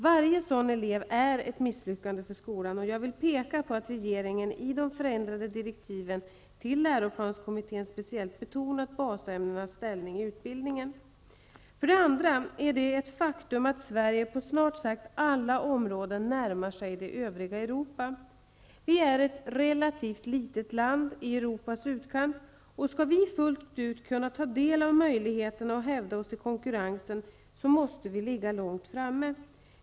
Varje sådan elev är ett misslyckande för skolan, och jag vill peka på att regeringen i de förändrade direktiven till läroplanskommittén speciellt betonat basämnenas ställning i utbildningen. För det andra är det ett faktum att Sverige på snart sagt alla områden närmar sig det övriga Europa. Vi är ett relativt litet land i Europas utkant. Skall vi fullt ut kunna ta del av möjligheterna och hävda oss i konkurrensen, måste vi ligga långt framme.